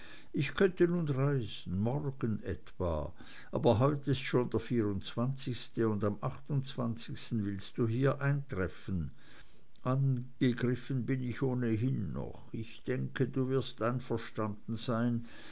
ich könnte nun reisen morgen etwa aber heut ist schon der und am willst du hier eintreffen angegriffen bin ich ohnehin noch ich denke du wirst einverstanden sein